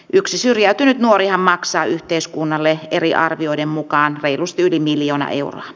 yksi syrjäytynyt nuorihan maksaa yhteiskunnalle eri arvioiden mukaan reilusti yli miljoona euroa